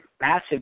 massive